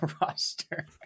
roster